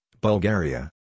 Bulgaria